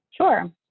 Sure